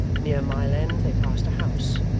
near mile end they passed a house,